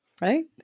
Right